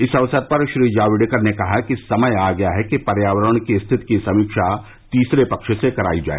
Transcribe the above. इस अवसर पर श्री जावड़ेकर ने कहा कि समय आ गया है कि पर्यावरण की स्थिति की समीक्षा तीसरे पक्ष से कराई जाए